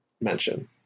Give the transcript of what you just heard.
mention